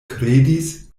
kredis